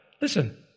Listen